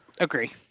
Agree